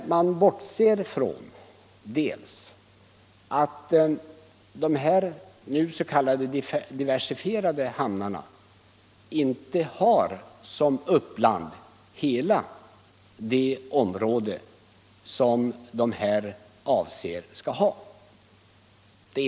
Man bortser då från att de s.k. diversifierade hamnarna inte har som uppland hela det område som de avses ha.